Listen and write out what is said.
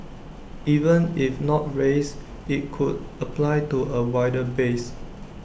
even if not raised IT could apply to A wider base